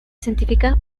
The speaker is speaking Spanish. científica